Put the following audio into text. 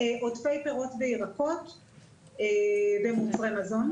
עובד באגף התזונה במשרד הבריאות.